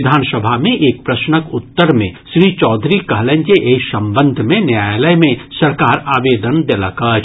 विधानसभा मे एक प्रश्नक उत्तर मे श्री चौधरी कहलनि जे एहि संबंध मे न्यायालय मे सरकार आवेदन देलक अछि